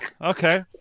Okay